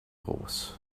horse